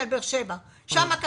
באר שבע ואשדוד.